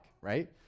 right